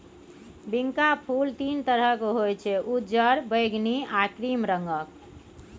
बिंका फुल तीन तरहक होइ छै उज्जर, बैगनी आ क्रीम रंगक